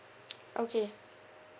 okay